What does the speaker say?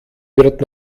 wird